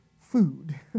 food